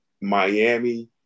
Miami